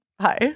hi